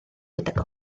gydag